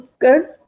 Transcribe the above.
good